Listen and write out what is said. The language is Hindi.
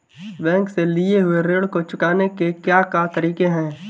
बैंक से लिए हुए ऋण को चुकाने के क्या क्या तरीके हैं?